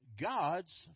God's